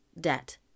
debt